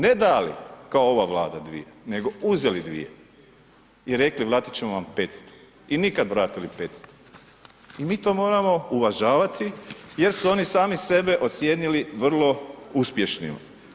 Ne dali kao ova Vlada, nego uzeli 2 i rekli: „Vratit ćemo vam 500.“ I nikada vratili 500 i mi to moramo uvažavati jer su oni sami sebe ocijenili vrlo uspješnima.